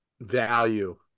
value